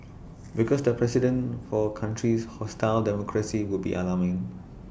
because the precedent for countries hostile democracy would be alarming